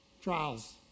Trials